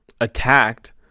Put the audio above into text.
attacked